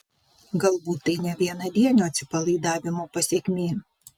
galbūt tai ne vienadienio atsipalaidavimo pasekmė